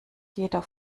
jeder